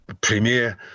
premier